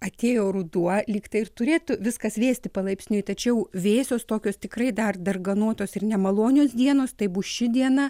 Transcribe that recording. atėjo ruduo lyg tai turėtų viskas vėsti palaipsniui tačiau vėsios tokios tikrai dar darganotos ir nemalonios dienos tai bus ši diena